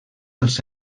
els